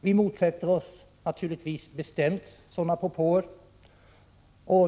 Vi motsätter oss naturligtvis bestämt sådana propåer.